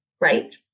right